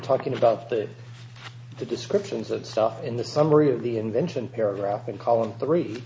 talking about the the descriptions of stuff in the summary of the invention paragraph in column three